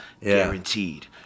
Guaranteed